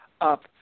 up